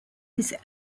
his